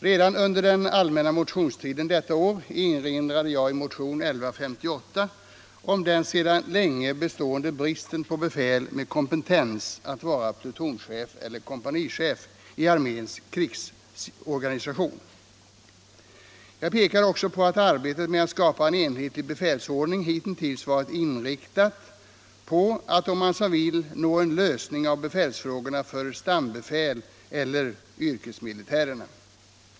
Redan under den allmänna motionstiden detta år erinrade jag i motion 1158 om den sedan länge bestående bristen på befäl med kompetens att vara plutonchef eller kompanichef i arméns krigsorganisation. Jag pekade också på att arbetet med att skapa en enhetlig befälsordning hitintills varit inriktat på att nå en lösning av befälsfrågorna för stambefäl eller, om man så vill, yrkesmilitärer.